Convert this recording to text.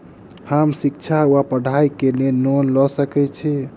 हम शिक्षा वा पढ़ाई केँ लेल लोन लऽ सकै छी?